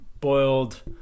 boiled